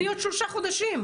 תני עוד שלושה חודשים.